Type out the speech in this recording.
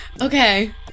Okay